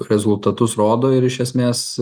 rezultatus rodo ir iš esmės